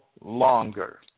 longer